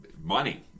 money